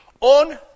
On